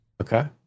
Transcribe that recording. Okay